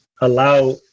allow